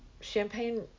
champagne